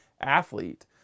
athlete